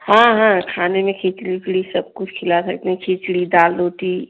हाँ हाँ खाने में खिचड़ी उचड़ी सब कुछ खिला सकते हैं खिचड़ी दाल रोटी